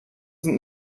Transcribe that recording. sind